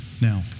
Now